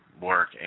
work